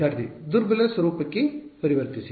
ವಿದ್ಯಾರ್ಥಿ ದುರ್ಬಲ ಸ್ವರೂಪಕ್ಕೆ ಪರಿವರ್ತಿಸಿ